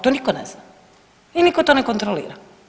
To niko ne zna i niko to ne kontrolira.